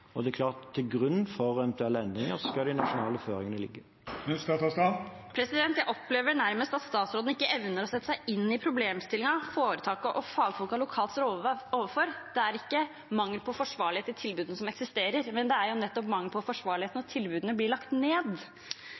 Og det er klart at til grunn for eventuelle endringer skal de nasjonale føringene ligge. Jeg opplever nærmest at statsråden ikke evner å sette seg inn i problemstillingen foretakene og fagfolkene lokalt står overfor. Det er ikke mangel på forsvarlighet i tilbudene som eksisterer, men det er nettopp mangel på forsvarlighet når tilbudene blir lagt ned.